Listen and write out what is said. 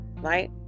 Right